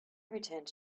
returned